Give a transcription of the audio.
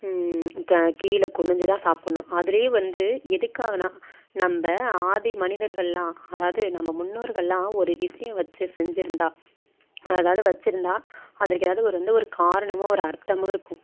க கீழே குனிஞ்சுதான் சாப்பிட்ணும் அதிலேயே வந்து எதுக்காகன்னால் நம்ப ஆதி மனிதர்களெலாம் அதாவது நம்ம முன்னோர்களெலாம் ஒரு விஷயம் வச்சு செஞ்சுருந்தா அதாவது வச்சுருந்தா அதுக்கு ஏதாவது ஒரு வந்து ஒரு காரணமோ ஒரு அர்த்தமோ இருக்கும்